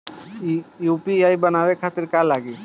UPI बनावे खातिर का का लगाई?